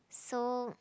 so